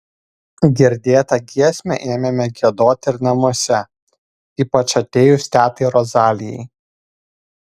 girdėtą giesmę ėmėme giedoti ir namuose ypač atėjus tetai rozalijai